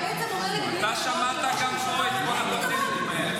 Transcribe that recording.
אתה בעצם אומר לי במילים אחרות שלראש הממשלה אין פתרון,